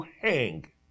hang